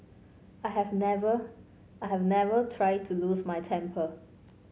I have never I have never try to lose my temper